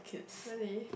really